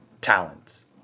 talents